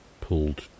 pulled